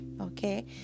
okay